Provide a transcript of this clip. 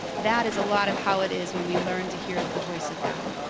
that is a lot of how it is when we learn to hear the voice of god.